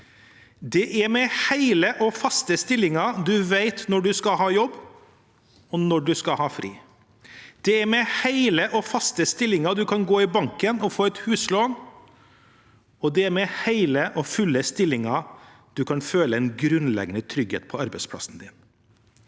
Det er med hele og faste stillinger at du vet når du skal på jobb og når du skal ha fri. Det er med hele og faste stillinger at du kan gå i banken og få et huslån, og det er med hele og faste stillinger du kan føle en grunnleggende trygghet på arbeidsplassen.